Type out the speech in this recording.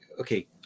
okay